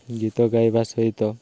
ଗୀତ ଗାଇବା ସହିତ